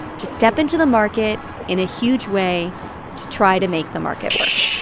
to step into the market in a huge way to try to make the market work